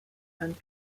and